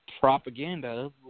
propaganda